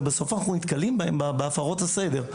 ובסוף אנחנו נתקלים בהם בהפרות הסדר.